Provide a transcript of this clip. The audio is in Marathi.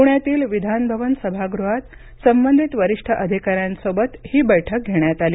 पुण्यातील विधानभवन सभागृहात संबंधित वरिष्ठ अधिकाऱ्यांसोबत ही बैठक घेण्यात आली